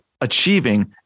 achieving